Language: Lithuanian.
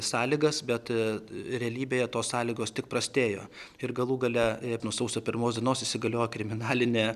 sąlygas bet realybėje tos sąlygos tik prastėjo ir galų gale nuo sausio pirmos dienos įsigaliojo kriminalinė